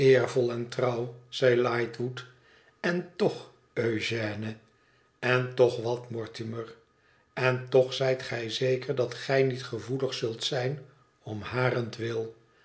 trouw zei lightwood en toch eugène ten toch wat mortimer en toch zijt gij zeker dat gij niet gevoelig zult zijn om harentwil